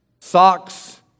socks